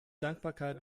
dankbarkeit